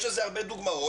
יש לזה הרבה דוגמאות,